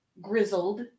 grizzled